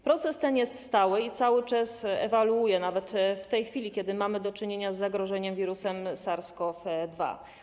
Proces ten jest stały i cały czas ewoluuje, nawet w tej chwili, kiedy mamy do czynienia z zagrożeniem wirusem SARS-CoV-2.